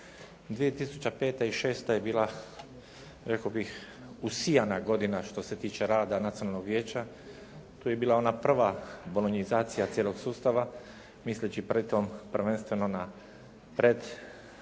2005. i 2006. je bila rekao bih usijana godina što se tiče rada Nacionalnog vijeća. Tu je bila ona prva bolonjizacija cijelog sustava misleći pritom prvenstveno na preddiplomski